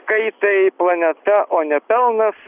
kaitai planeta o ne pelnas